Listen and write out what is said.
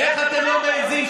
איך אתם לא מעיזים,